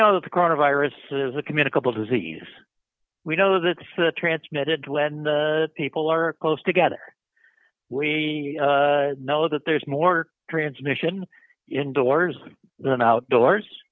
know that the corner virus is a communicable disease we know that for the transmitted when people are close together we know that there's more transmission indoors than outdoors